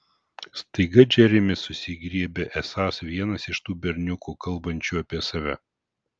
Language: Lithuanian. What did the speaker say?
staiga džeremis susigriebia esąs vienas iš tų berniukų kalbančių apie save